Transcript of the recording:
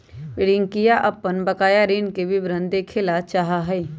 रियंका अपन बकाया ऋण के विवरण देखे ला चाहा हई